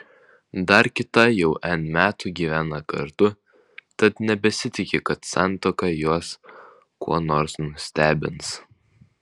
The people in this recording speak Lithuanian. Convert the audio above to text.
dar kita jau n metų gyvena kartu tad nebesitiki kad santuoka juos kuo nors nustebins